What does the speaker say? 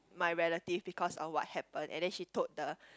my relative because of what happened and then she told the